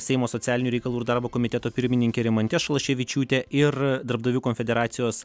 seimo socialinių reikalų ir darbo komiteto pirmininke rimante šalaševičiūte ir darbdavių konfederacijos